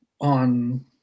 on